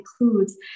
includes